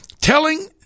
Telling